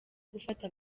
gufata